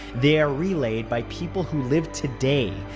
they are relayed by people who live today,